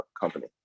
company